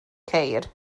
ceir